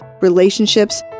relationships